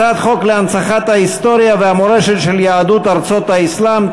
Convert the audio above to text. הצעת חוק להנצחת ההיסטוריה והמורשת של יהדות ארצות האסלאם,